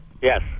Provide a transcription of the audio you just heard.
Yes